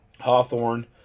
Hawthorne